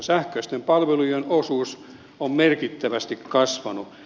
sähköisten palvelujen osuus on merkittävästi kasvanut